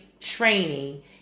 training